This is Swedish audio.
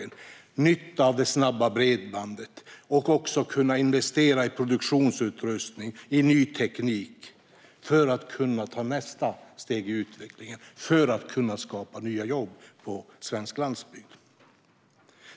Man ska kunna ha nytta av snabbt bredband och kunna investera i produktionsutrustning och ny teknik för att kunna ta nästa steg i utvecklingen och skapa nya jobb på svensk landsbygd.